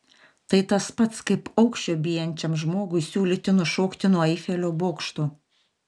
tai tas pats kaip aukščio bijančiam žmogui siūlyti nušokti nuo eifelio bokšto